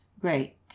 great